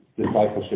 Discipleship